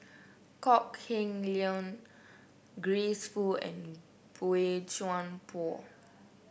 Kok Heng Leun Grace Fu and Boey Chuan Poh